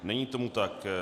Není tomu tak.